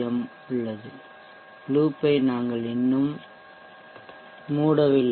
M உள்ளது லூப்பை நாங்கள் இன்னும் மூடவில்லை